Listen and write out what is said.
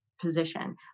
position